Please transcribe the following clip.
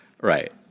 Right